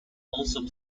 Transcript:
also